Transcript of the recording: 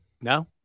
No